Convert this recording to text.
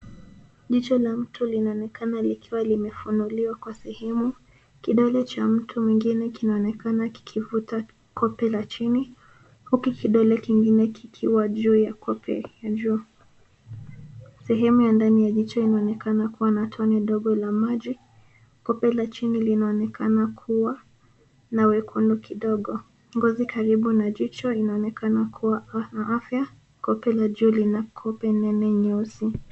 Jicho la mtu linaonekana likiwa limefunuliwa kwa sehemu. Kidole cha mtu mwingine kinaonekana kikivuta kope la chini, huku kidole kingine kikiwa juu ya kope. Sehemu ya ndani ya jicho inaonekana kuwa na tone dogo la maji. Kope la chini linaonekana kuwa na wekundu kidogo, ngozi karibu na jicho inaonekana kuwa na afya Kope la juu lina kobe ndani nyeusi.